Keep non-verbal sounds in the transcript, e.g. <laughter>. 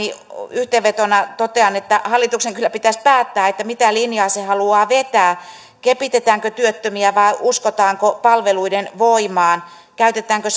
yhteenvetona totean että hallituksen kyllä pitäisi päättää mitä linjaa se haluaa vetää kepitetäänkö työttömiä vai uskotaanko palveluiden voimaan käytetäänkö <unintelligible>